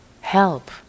help